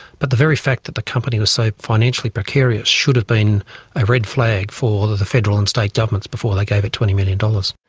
but the very fact that the company was so financially precarious should have been a red flag for the the federal and state governments before they gave it twenty million dollars.